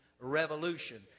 revolution